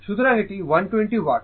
সুতরাং এটি 120 ওয়াট